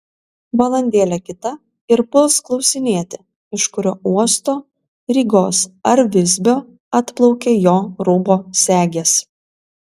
valandėlė kita ir puls klausinėti iš kurio uosto rygos ar visbio atplaukė jo rūbo segės